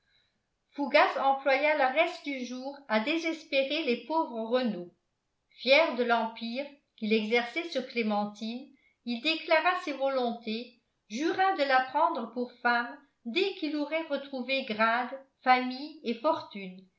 fougas employa le reste du jour à désespérer les pauvres renault fier de l'empire qu'il exerçait sur clémentine il déclara ses volontés jura de la prendre pour femme dès qu'il aurait retrouvé grade famille et fortune